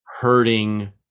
hurting